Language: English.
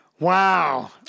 Wow